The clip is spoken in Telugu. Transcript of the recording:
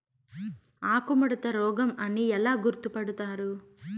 ఆకుముడత రోగం అని ఎలా గుర్తుపడతారు?